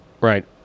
Right